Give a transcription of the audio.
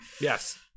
Yes